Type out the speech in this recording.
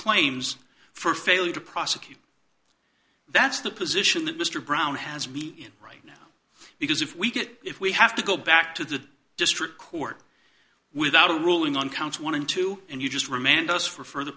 claims for failing to prosecute that's the position that mr brown has me in right now because if we get if we have to go back to the district court without a ruling on counts one and two and you just remand us for furthe